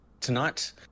tonight